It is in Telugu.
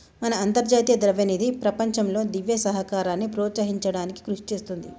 మన అంతర్జాతీయ ద్రవ్యనిధి ప్రపంచంలో దివ్య సహకారాన్ని ప్రోత్సహించడానికి కృషి చేస్తుంది